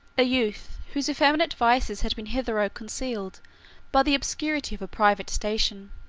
a youth whose effeminate vices had been hitherto concealed by the obscurity of a private station.